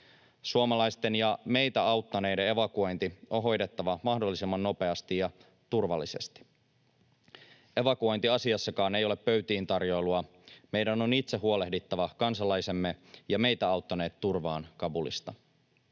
Suomalaisten ja meitä auttaneiden evakuointi on hoidettava mahdollisimman nopeasti ja turvallisesti. Evakuointiasiassakaan ei ole pöytiintarjoilua: Meidän on itse huolehdittava kansalaisemme ja meitä auttaneet turvaan Kabulista.